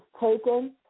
taken